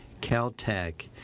Caltech